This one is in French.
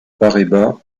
paraíba